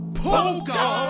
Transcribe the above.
poker